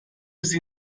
sie